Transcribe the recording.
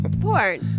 Porn